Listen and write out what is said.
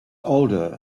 older